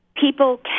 People